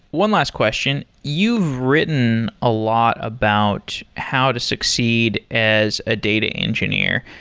one last question. you've written a lot about how to succeed as a data engineer,